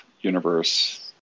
universe